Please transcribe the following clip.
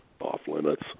off-limits